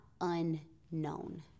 unknown